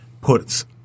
puts –